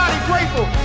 grateful